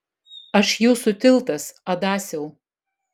aš jūsų tiltas adasiau